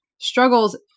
struggles